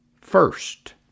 First